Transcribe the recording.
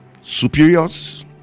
superiors